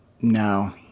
no